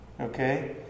okay